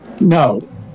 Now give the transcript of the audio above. No